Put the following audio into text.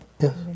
Yes